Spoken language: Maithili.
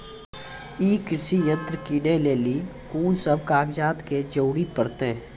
ई कृषि यंत्र किनै लेली लेल कून सब कागजात के जरूरी परतै?